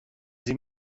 این